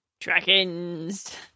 Dragons